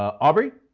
aubriegh,